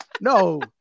no